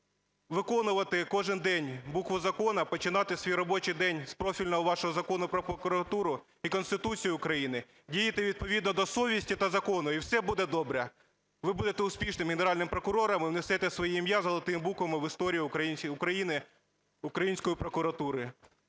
виконувати кожен день букву закону, починати свій робочий день з профільного вашого Закону "Про прокуратуру" і Конституції України, діяти відповідно до совісті та закону і все буде добре. Ви будете успішним Генеральним прокурором і внесете своє ім'я золотими буквами в історію України, української прокуратури.